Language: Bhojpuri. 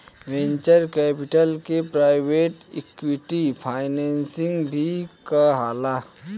वेंचर कैपिटल के प्राइवेट इक्विटी फाइनेंसिंग भी कहाला